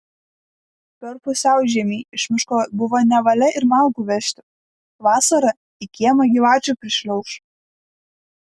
per pusiaužiemį iš miško buvo nevalia ir malkų vežti vasarą į kiemą gyvačių prišliauš